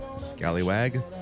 Scallywag